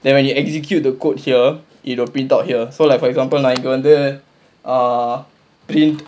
then when you execute the code here it will print out here so like for example நாளைக்கு வந்து:naalaikku vanthu uh print